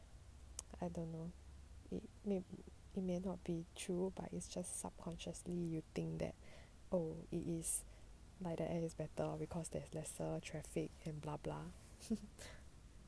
I don't know it may not be true but it's just subconsciously you think that oh it is like the air is better because there is lesser traffic and blah blah